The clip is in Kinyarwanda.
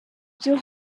byo